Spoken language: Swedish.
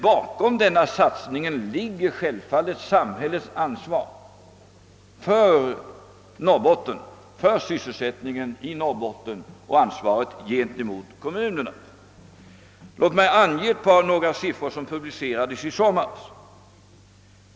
Bakom denna satsning ligger självfallet samhällets ansvar för sysselsättningen i Norrbotten och gentemot kommunerna. Låt mig ange några siffror som publicerades i somras!